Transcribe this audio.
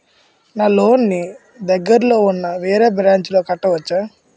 నా లోన్ నీ దగ్గర్లోని ఉన్న వేరే బ్రాంచ్ లో కట్టవచా?